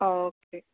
ஆ okay